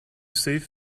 save